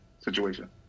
situation